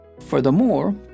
Furthermore